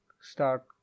start